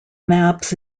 maps